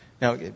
Now